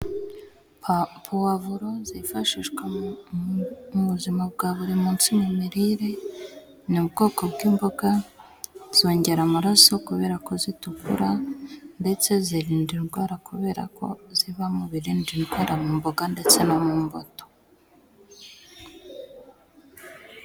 Powavuro zifashishwa mu buzima bwa buri munsi mu mirire, ni bwoko bw'imboga zongera amaraso kubera ko zitukura ndetse zirinda indwara kubera ko ziba mu birinda indwara mu mboga ndetse no mu mbuto.